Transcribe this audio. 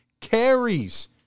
carries